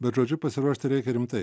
bet žodžiu pasiruošti reikia rimtai